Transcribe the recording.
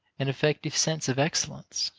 an effective sense of excellence.